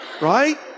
right